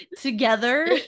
Together